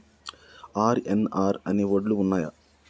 RNR అనే వడ్లు ఉన్నయా?